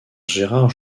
gérard